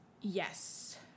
Yes